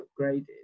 upgraded